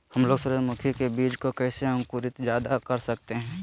हमलोग सूरजमुखी के बिज की कैसे अंकुर जायदा कर सकते हैं?